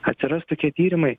atsiras tokie tyrimai